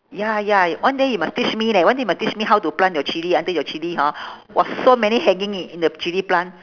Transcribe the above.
ya ya one day you must teach me leh one day must teach me how to plant your chilli until your chilli hor !wah! so many hanging in in the chilli plant